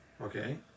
Okay